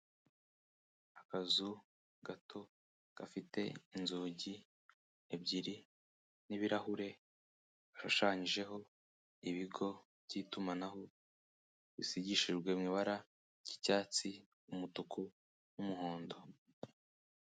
Akazu gato gafite inzugi ebyiri n'ibirahure bishushanyijeho ibigo by'itumanaho, bisigishijwe mu ibara ry'icyatsi, umutuku n'umuhondo.